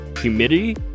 humidity